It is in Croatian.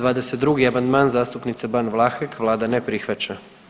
22. amandman, zastupnica Ban Vlahek, Vlada ne prihvaća.